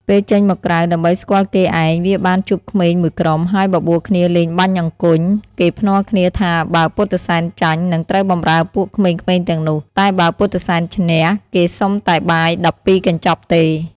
ពេលចេញមកក្រៅដើម្បីស្គាល់គេឯងវាបានជួបក្មេងមួយក្រុម ហើយបបួលគ្នាលេងបាញ់អង្គុញ គេភ្នាល់គ្នាថាបើពុទ្ធសែនចាញ់ នឹងត្រូវបម្រើពួកក្មេងៗទាំងនោះ តែបើពុទ្ធិសែនឈ្នះគេសុំតែបាយ១២កញ្ចប់ទេ។